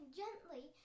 gently